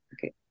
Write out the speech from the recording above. okay